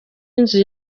inzu